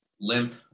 limp